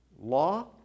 law